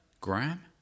Graham